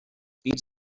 pits